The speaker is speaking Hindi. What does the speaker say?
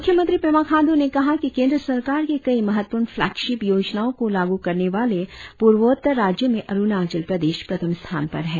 मुख्यमंत्री पेमा खाण्डू ने कहा की केंद्र सरकार के कई महत्वपूर्ण फ्लेगशिप योजनाओं को लागु करने वाले पुर्वोत्तर राज्यों में अरुणाचल प्रदेश प्रथम स्थान पर है